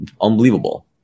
Unbelievable